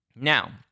Now